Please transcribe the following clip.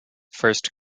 first